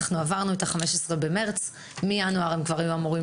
עברנו את ה-15 במרס כאשר מינואר הם היו אמורים